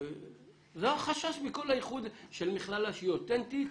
זה החשש בכל איחוד של מכללה שהיא אותנטית.